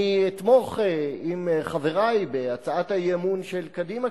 אני אתמוך עם חברי בהצעת האי-אמון של קדימה,